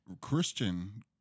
Christian